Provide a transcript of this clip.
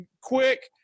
quick